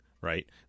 right